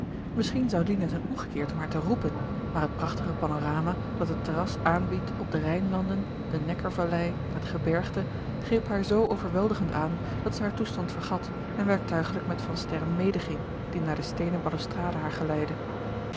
misschien zou lina zijn omgekeerd om haar te roepen maar het prachtige panorama dat het terras aanbiedt op de rijnlanden de neckar vallei en het gebergte greep haar zoo overweldigend aan dat zij haar toestand vergat en werktuigelijk met van sterren medeging die naar de steenen balustrade haar geleidde